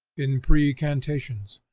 in pre-cantations,